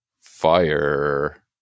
fire